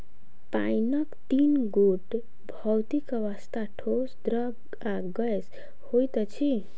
पाइनक तीन गोट भौतिक अवस्था, ठोस, द्रव्य आ गैस होइत अछि